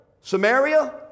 Samaria